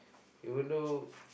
even though